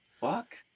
Fuck